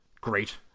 great